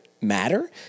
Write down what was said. matter